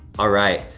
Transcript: ah right,